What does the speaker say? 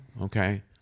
okay